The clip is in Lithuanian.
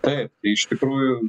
taip iš tikrųjų